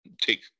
take